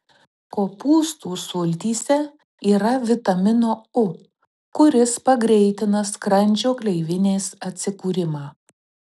kopūstų sultyse yra vitamino u kuris pagreitina skrandžio gleivinės atsikūrimą